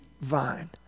vine